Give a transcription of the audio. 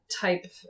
type